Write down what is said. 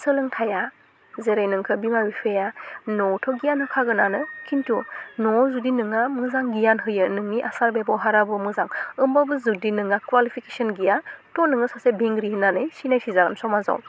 सोलोंथाइया जेरै नोंखो बिमा बिफाया नआवथ' गियान होखागोनआनो खिन्थु नआव जुदि नोंहा मोजां गियान होयो नोंनि आसार बेबहाराबो मोजां होमबाबो जुदि नोंहा कवालिफिकेसन गैया थह नोङो सासे बेंग्रि होननानै सिनायथि जागोन समाजाव